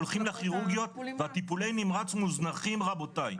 הולכים לכירורגיות והטיפולי נמרץ מוזנחים רבותיי.